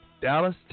Dallas